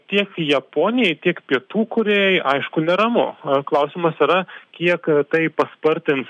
tiek japonijai tiek pietų korėjai aišku neramu a klausimas yra kiek tai paspartins